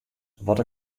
wat